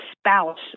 spouse